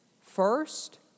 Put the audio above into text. First